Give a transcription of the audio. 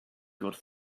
good